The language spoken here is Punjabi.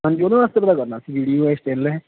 ਹਾਂਜੀ ਓਹਦੇ ਵਾਸਤੇ ਪਤਾ ਕਰਨਾ ਸੀ